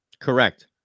Correct